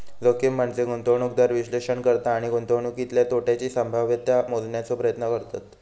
जोखीम म्हनजे गुंतवणूकदार विश्लेषण करता आणि गुंतवणुकीतल्या तोट्याची संभाव्यता मोजण्याचो प्रयत्न करतत